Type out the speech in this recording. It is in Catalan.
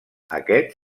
aquest